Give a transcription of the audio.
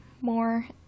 more